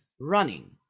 running